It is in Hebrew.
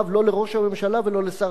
לא לראש הממשלה ולא לשר הביטחון.